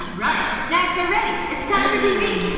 right, snacks are ready. it's time for tv